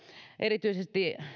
erityisesti